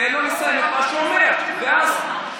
תן לו לסיים את מה שהוא אומר, ואז תשמע.